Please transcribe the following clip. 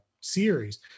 series